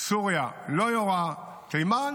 סוריה לא יורה, תימן